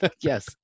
yes